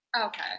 Okay